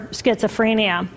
schizophrenia